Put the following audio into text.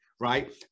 Right